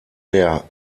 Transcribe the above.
der